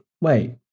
Wait